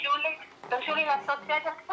תרשו לי לעשות סדר.